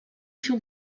się